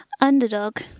underdog